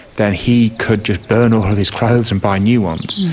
then he could just burn all of his clothes and buy new ones.